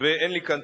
אין לי כאן תאריך,